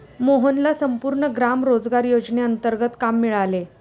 मोहनला संपूर्ण ग्राम रोजगार योजनेंतर्गत काम मिळाले